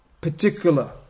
particular